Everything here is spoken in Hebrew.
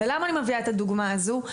למה אני מביאה את הדוגמה הזו?